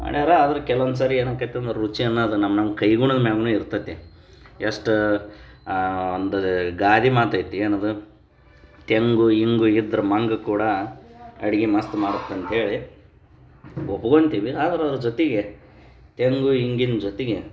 ಮಾಡ್ಯಾರೆ ಆದರೂ ಕೆಲವೊಂದು ಸಾರಿ ಏನಾಕೈತೆ ಅಂದ್ರೆ ರುಚಿ ಅನ್ನೋದು ನಮ್ಮ ನಮ್ಮ ಕೈಗುಣದ ಮ್ಯಾಲ್ನು ಇರ್ತತಿ ಎಷ್ಟು ಒಂದು ಗಾದೆ ಮಾತು ಐತಿ ಏನದು ತೆಂಗು ಇಂಗು ಇದ್ರೆ ಮಂಗ ಕೂಡ ಅಡುಗೆ ಮಸ್ತ್ ಮಾಡುತ್ತೆ ಅಂತೇಳಿ ಒಪ್ಕೊಳ್ತೀವಿ ಆದ್ರೂ ಜೊತೆಗೆ ತೆಂಗು ಇಂಗಿನ ಜೊತೆಗೆ